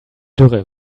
dürre